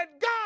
God